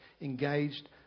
engaged